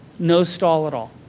no stall at all.